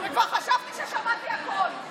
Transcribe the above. כבר חשבתי ששמעתי הכול.